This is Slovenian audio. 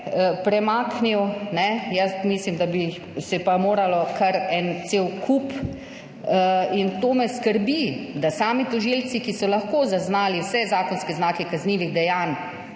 premaknil. Jaz mislim, da bi se pa moralo kar en cel kup. In to me skrbi – da sami tožilci, ki so lahko zaznali vse zakonske znake kaznivih dejanj,